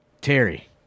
Terry